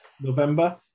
November